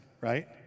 right